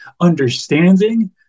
understanding